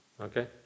okay